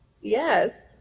Yes